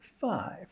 five